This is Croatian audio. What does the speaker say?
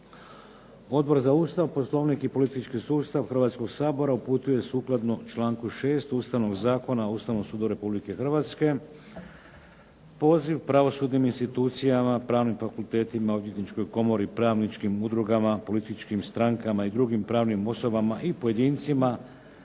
Odbor za Ustav, Poslovnik i politički sustav Hrvatskoga sabora uputio je sukladno članku 6. Ustavnog zakona o Ustavnom sudu Republike Hrvatske, poziv pravosudnim institucijama, pravnim fakultetima, odvjetničkoj komori, pravničkim udrugama, političkim stankama i drugim pravnim osobama i pojedincima